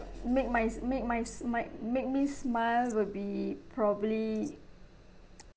make my s~ make my s~ my make me smile will be probably